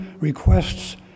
requests